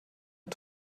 mit